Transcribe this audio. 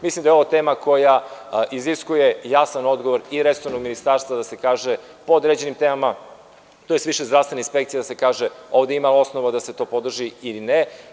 Mislim da je ovo tema koja iziskuje i jasan odgovor i resornog ministarstva da se kaže po određenim temama, tj. više zdravstvena inspekcije da se kaže - ovde ima osnova da se to podrži ili ne.